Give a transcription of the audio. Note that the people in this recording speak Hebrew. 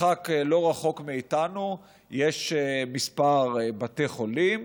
לא רחוק מאיתנו יש כמה בתי חולים,